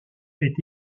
est